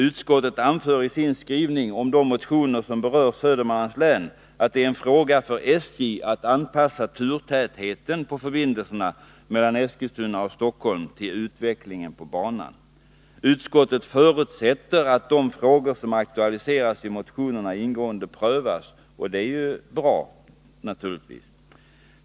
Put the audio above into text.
Utskottet anför i sin skrivning om de motioner som berör Södermanlands län att det är en fråga för SJ att anpassa turtätheten på förbindelserna mellan Eskilstuna och Stockholm till utvecklingen på banan. Utskottet förutsätter att de frågor som aktualiseras i motionerna ingående prövas. Det är naturligtvis bra.